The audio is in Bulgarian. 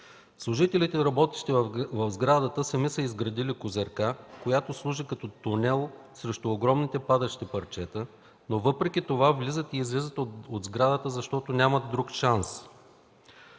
Служителите и работниците в сградата сами са изградили козирка, която служи като тунел срещу огромните падащи парчета, но въпреки това влизат и излизат от сградата, защото нямат друг шанс.